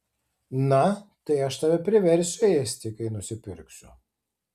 na tai aš tave priversiu ėsti kai nusipirksiu